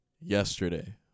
yesterday